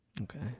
Okay